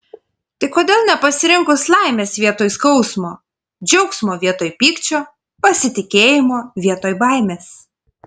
tai kodėl nepasirinkus laimės vietoj skausmo džiaugsmo vietoj pykčio pasitikėjimo vietoj baimės